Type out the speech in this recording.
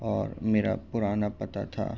اور میرا پرانا پتا تھا